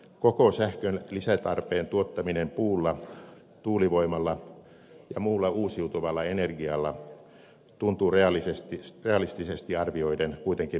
koko sähkön lisätarpeen tuottaminen puulla tuulivoimalla ja muulla uusiutuvalla energialla tuntuu realistisesti arvioiden kuitenkin mahdottomalta